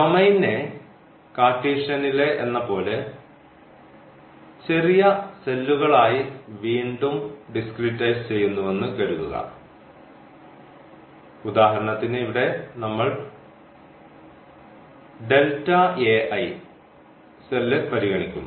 ഡൊമെയ്നെ കാർട്ടീഷ്യനിലെ എന്ന പോലെ ചെറിയ സെല്ലുകളായി വീണ്ടും ഡിസ്ക്രീടൈസ് ചെയ്യുന്നുവെന്ന് കരുതുക ഉദാഹരണത്തിന് ഇവിടെ നമ്മൾ സെല്ല് പരിഗണിക്കുന്നു